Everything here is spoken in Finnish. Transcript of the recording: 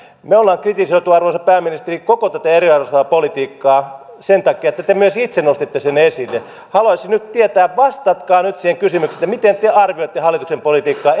me olemme kritisoineet arvoisa pääministeri koko tätä eriarvoistavaa politiikkaa sen takia että te myös itse nostitte sen esille haluaisin nyt tietää vastatkaa nyt siihen kysymykseen miten te arvioitte hallituksen politiikkaa